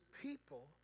people